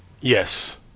Yes